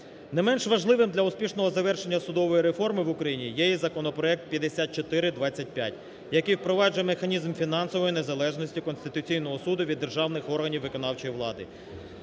Не менш важливим для успішного завершення судової реформи в Україні є і законопроект 5425, який впроваджує механізм фінансової незалежності Конституційного Суду від державних органів виконавчої влади.